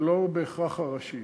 ולא בהכרח הראשיים.